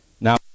Now